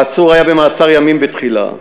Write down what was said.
העצור היה במעצר ימים, בתחילה,